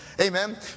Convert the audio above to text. Amen